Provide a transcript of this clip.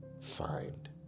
find